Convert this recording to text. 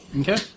Okay